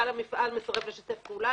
אם בעל המפעל מסרב לשתף פעולה,